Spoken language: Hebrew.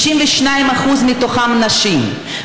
92% מתוכם נשים,